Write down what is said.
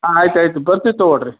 ಹಾಂ ಆಯ್ತು ಆಯಿತು ಬರ್ತೀವಿ ತಗೊಳ್ಳಿ ರಿ